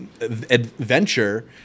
adventure